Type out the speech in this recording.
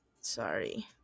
sorry